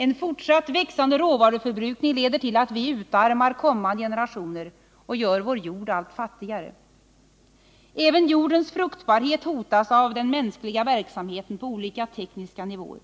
En fortsatt växande råvaruförbrukning leder till att vi utarmar kommande generationer och gör vår jord allt fattigare. Även jordens fruktbarhet hotas av den mänskliga verksamheten på olika tekniska nivåer.